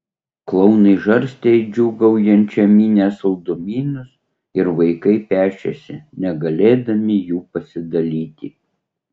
klounai žarstė į džiūgaujančią minią saldumynus ir vaikai pešėsi negalėdami jų pasidalyti